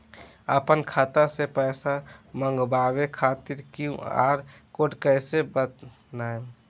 आपन खाता मे पैसा मँगबावे खातिर क्यू.आर कोड कैसे बनाएम?